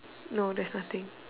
no there's nothing